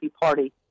party